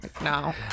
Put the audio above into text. No